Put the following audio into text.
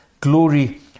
glory